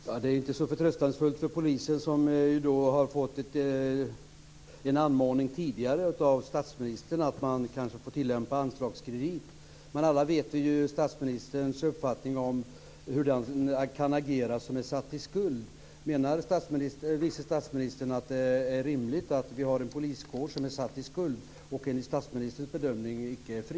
Fru talman! Det är inte så förtröstansfullt för polisen, som tidigare har fått en anmaning från statsministern att eventuellt utnyttja anslagskredit. Vi känner alla till statsministerns uppfattning om situationen för den som är satt i skuld. Menar vice statsministern att det är rimligt att vi har en poliskår som är satt i skuld och som enligt statsministerns bedömning icke är fri?